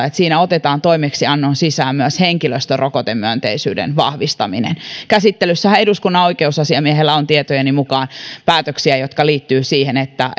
että siinä otetaan toimeksiannon sisään myös henkilöstön rokotemyönteisyyden vahvistaminen käsittelyssähän eduskunnan oikeusasiamiehellä on tietojeni mukaan päätöksiä jotka liittyvät siihen että